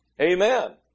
Amen